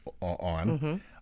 on